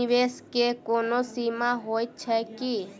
निवेश केँ कोनो सीमा होइत छैक की?